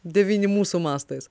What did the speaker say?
devyni mūsų mastais